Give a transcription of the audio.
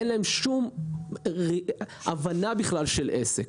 ואין להם שום הבנה בכלל של עסק.